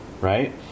right